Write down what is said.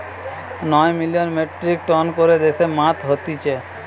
নয় million metric ton করে দেশে মাছ হতিছে